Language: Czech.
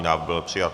Návrh byl přijat.